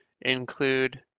include